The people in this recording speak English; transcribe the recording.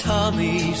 Tommy